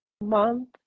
month